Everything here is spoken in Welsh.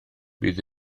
bydd